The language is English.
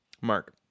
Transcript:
Mark